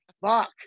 fuck